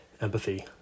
empathy